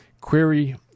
query